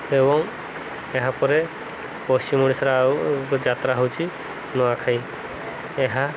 ଏବଂ ଏହାପରେ ପଶ୍ଚିମ ଓଡ଼ିଶାର ଆଉ ଯାତ୍ରା ହେଉଛି ନୂଆଖାଇ ଏହା